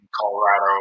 Colorado